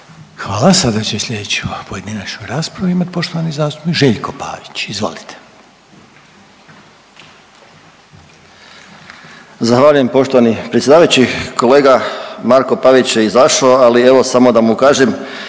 Hvala. Sada će sljedeću pojedinačnu raspravu imati poštovani zastupnik Željko Pavić. Izvolite. **Pavić, Željko (Socijaldemokrati)** Zahvaljujem poštovani predsjedavajući. Kolega Marko Pavić je izašo, ali evo samo da mu kažem